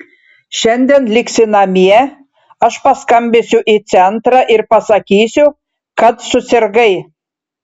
šiandien liksi namie aš paskambinsiu į centrą ir pasakysiu kad susirgai